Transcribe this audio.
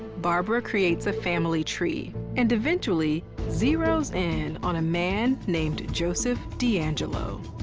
barbara creates a family tree and eventually zeroes in on a man named joseph deangelo.